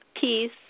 peace